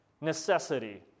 necessity